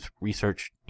research